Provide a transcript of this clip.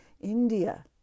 India